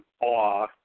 awe